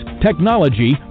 technology